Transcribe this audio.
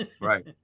Right